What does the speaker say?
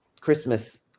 Christmas